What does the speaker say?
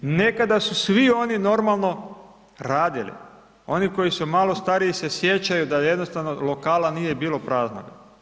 Nekada su svi oni normalno radili, oni koji su malo stariji se sjećaju da jednostavno lokala nije bilo praznoga.